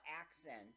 accent